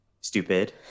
stupid